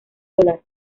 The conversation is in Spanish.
dólar